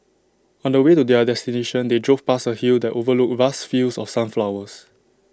on the way to their destination they drove past A hill that overlooked vast fields of sunflowers